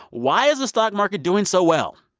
why is the stock market doing so well?